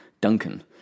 Duncan